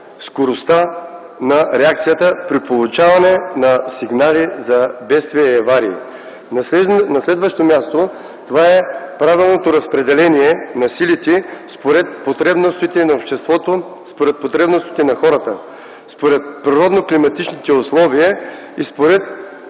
скоростта на реакцията при получаване на сигнали за бедствия и аварии. На следващо място е правилното разпределение на силите според потребностите на обществото, според потребностите на хората, според природно-климатичните условия и според